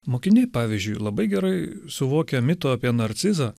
mokiniai pavyzdžiui labai gerai suvokia mito apie narcizą